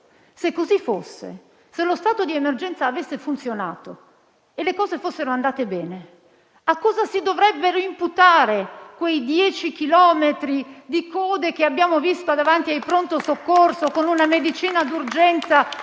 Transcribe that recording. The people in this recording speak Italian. Se così fosse, se lo stato di emergenza avesse funzionato e le cose fossero andate bene, a cosa si dovrebbero imputare quei dieci chilometri di code che abbiamo visto davanti ai Pronto soccorso, con una medicina d'urgenza